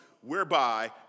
whereby